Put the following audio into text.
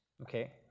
Okay